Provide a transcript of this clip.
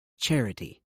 charity